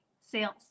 sales